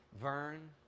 Vern